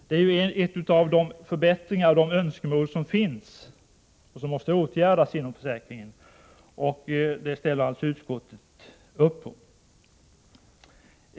Detta önskemål om förbättringar inom sjukförsäkringen måste åtgärdas, och det ställer alltså utskottet upp på.